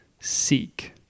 seek